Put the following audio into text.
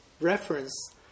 reference